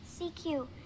CQ